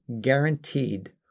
guaranteed